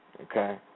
Okay